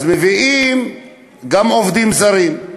אז מביאים גם עובדים זרים,